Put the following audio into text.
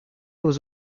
aux